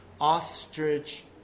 ostrich